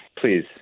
Please